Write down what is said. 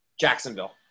Jacksonville